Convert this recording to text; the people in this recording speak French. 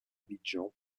abidjan